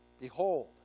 behold